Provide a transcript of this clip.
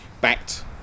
backed